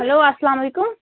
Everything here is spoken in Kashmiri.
ہیٚلو اَسلام علیکُم